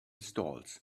stalls